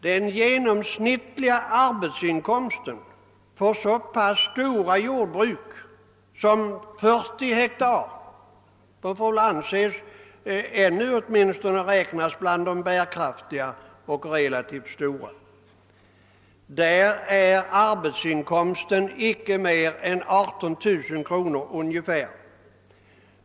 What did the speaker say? Den genomsnittliga arbetsinkomsten för så stora jordbruk som sådana på 40 ha — de får väl ännu åtminstone räknas till de bärkraftiga och relativt stora — är inte mer än ungefär 18 000 kr.